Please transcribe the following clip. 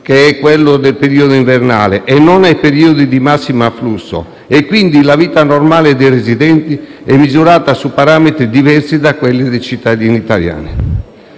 che è quello del periodo invernale e non ai periodi di massimo afflusso. Quindi, la vita normale dei residenti è misurata su parametri diversi da quelli dei cittadini italiani.